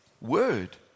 word